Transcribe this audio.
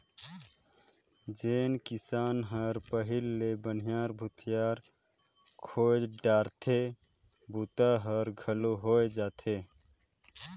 जेन किसान हर पहिले ले बनिहार भूथियार खोएज डारथे बूता हर हालू होवय जाथे